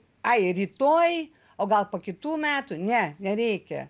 ai rytoj o gal po kitų metų ne nereikia